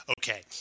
okay